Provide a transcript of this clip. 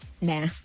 Nah